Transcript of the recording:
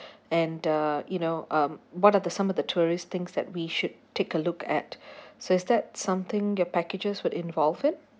and uh you know um what are the some of the tourist things that we should take a look at so is that something your packages would involve it